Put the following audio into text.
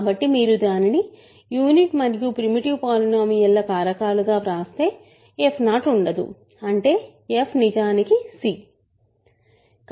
కాబట్టి మీరు దానిని యూనిట్ మరియు ప్రీమిటివ్ పాలినోమియల్ ల కారకాలు గా వ్రాస్తే f0 ఉండదు అంటే f నిజానికి c